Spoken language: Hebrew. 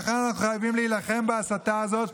לכן אנחנו חייבים להילחם בהסתה הזאת,